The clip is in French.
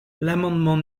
l’amendement